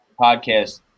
podcast